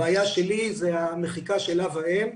הבעיה שלי היא המחיקה של "אב" ו"אם",